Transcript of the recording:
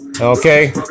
Okay